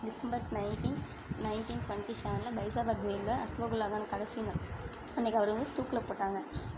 December nineteen nineteen twenty செவன்ல பைஸாபாத் ஜெயில்ல அஸ்வகுல்லாகான் கடைசி நாள் அன்னைக்கு அவரை வந்து தூக்கில போட்டாங்கள்